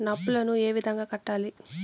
నా అప్పులను ఏ విధంగా కట్టాలి?